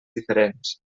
diferents